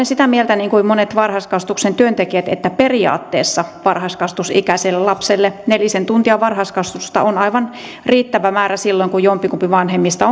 sitä mieltä niin kuin monet varhaiskasvatuksen työntekijät että periaatteessa varhaiskasvatusikäiselle lapselle nelisen tuntia varhaiskasvatusta on aivan riittävä määrä silloin kun jompikumpi vanhemmista